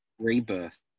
Rebirth